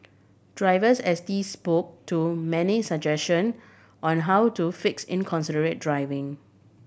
drivers S T spoke to many suggestion on how to fix inconsiderate driving